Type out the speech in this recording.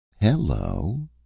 Hello